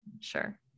Sure